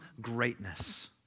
greatness